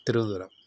Thiruvananthapuram